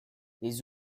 les